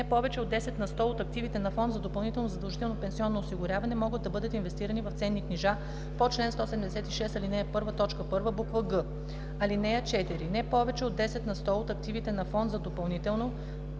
Не повече от 10 на сто от активите на фонд за допълнително задължително пенсионно осигуряване могат да бъдат инвестирани в ценни книжа по чл. 176, ал. 1, т. 1, буква „г”. (4) Не повече от 10 на сто от активите на фонд за допълнително